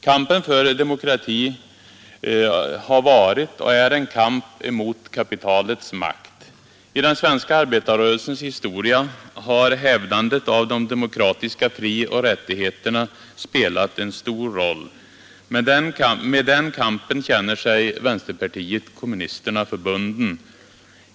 Kampen för demokrati har varit och är en kamp mot kapitalets makt. I den svenska arbetarrörelsens historia har hävdandet av de demokratiska frioch rättigheterna spelat en stor roll. Med den kampen känner sig vänsterpartiet kommunisterna förbundet.